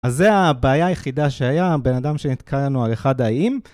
אז זו הבעיה היחידה שהיה בן אדם שנתקע לנו על אחד האיים.